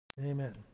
Amen